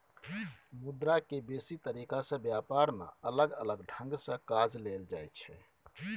मुद्रा के बेसी तरीका से ब्यापार में अलग अलग ढंग से काज लेल जाइत छै